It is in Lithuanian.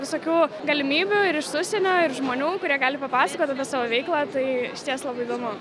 visokių galimybių ir iš užsienio ir žmonių kurie gali papasakoti apie savo veiklą tai išties labai įdomu